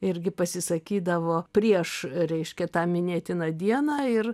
irgi pasisakydavo prieš reiškia tą minėtiną dieną ir